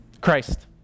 Christ